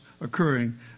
occurring